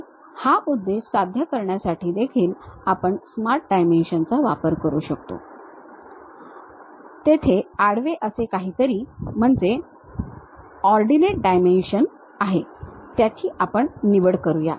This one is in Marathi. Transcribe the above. तर हा उद्देश साध्य करण्यासाठी देखील आपण Smart Dimension वापरू शकतो तेथे आडवे असे काहीतरी म्हणजे ऑर्डिनेट डायमेंशन त्याची आपण निवड करूया